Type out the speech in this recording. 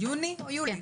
יוני או יולי?